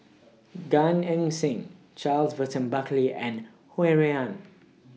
Gan Eng Seng Charles Burton Buckley and Ho Rui An